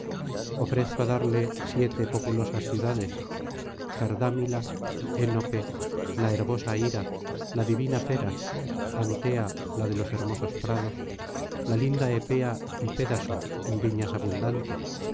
ofrezco darle siete populosas ciudades cardámila enope la herbosa hira la divina feras antea la de los hermosos prados la linda epea y pédaso en viñas abundante